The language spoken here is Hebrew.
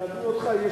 יידעו אותך.